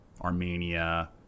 Armenia